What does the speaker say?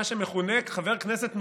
מה שמכונה "חבר כנסת נורבגי",